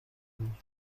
کنیم